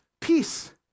peace